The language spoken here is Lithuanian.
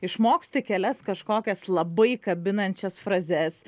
išmoksti kelias kažkokias labai kabinančias frazes